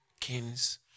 kings